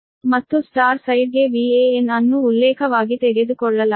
ಮತ್ತು ಸ್ಟಾರ್ ಸೈಡ್ಗೆ VAn ಅನ್ನು ಉಲ್ಲೇಖವಾಗಿ ತೆಗೆದುಕೊಳ್ಳಲಾಗಿದೆ